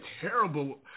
terrible